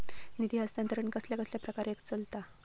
निधी हस्तांतरण कसल्या कसल्या प्रकारे चलता?